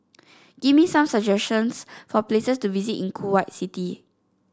give me some suggestions for places to visit in Kuwait City